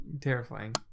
terrifying